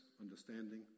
understanding